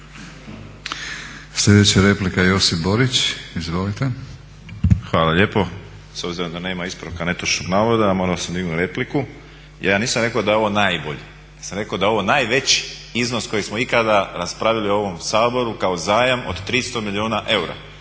Sljedeća replika, Josip Borić. Izvolite. **Borić, Josip (HDZ)** Hvala lijepo. S obzirom da nema ispravka netočnog navoda morao sam dignuti repliku. Ja nisam rekao da je ovo najbolji, ja sam rekao da je ovo najveći iznos koji smo ikada raspravili u ovom Saboru kao zajam od 300 milijuna eura.